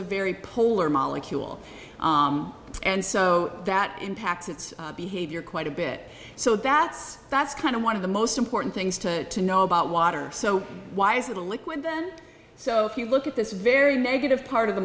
a very polar molecule and so that impacts its behavior quite a bit so that's that's kind of one of the most important things to know about water so why is it a liquid then so if you look at this very negative part of the